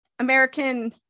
American